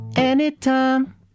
Anytime